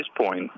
point